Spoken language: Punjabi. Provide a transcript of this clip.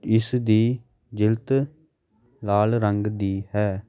ਇਸਦੀ ਜਿਲਦ ਲਾਲ ਰੰਗ ਦੀ ਹੈ